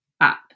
up